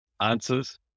answers